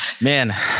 Man